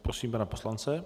Prosím pana poslance.